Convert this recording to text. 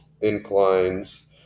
inclines